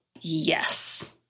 Yes